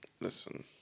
Listen